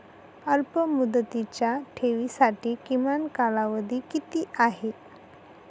अल्पमुदतीच्या ठेवींसाठी किमान कालावधी किती आहे?